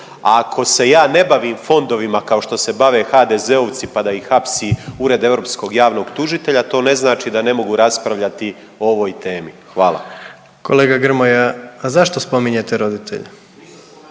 ako se ja ne bavim fondovima kao što se bave HDZ-ovci, pa da ih hapsi Ured europskog javnog tužitelja to ne znači da ne mogu raspravljati o ovoj temi, hvala. **Jandroković, Gordan (HDZ)** Kolega Grmoja, a zašto spominjete roditelje?